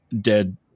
dead